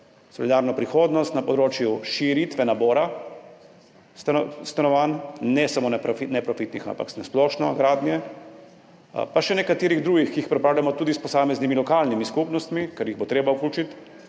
solidarno prihodnost na področju širitve nabora stanovanj, ne samo neprofitnih, ampak na splošno gradnje, pa še z nekaterimi drugimi, ki jih pripravljamo tudi s posameznimi lokalnimi skupnostmi, ker jih bo treba vključiti,